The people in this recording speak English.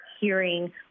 hearing